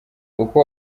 uko